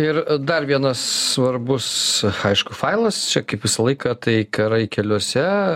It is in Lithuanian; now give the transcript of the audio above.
ir dar vienas svarbus aišku failas čia kaip visą laiką tai karai keliuose